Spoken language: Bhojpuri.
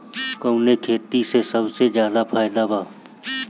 कवने खेती में सबसे ज्यादा फायदा बा?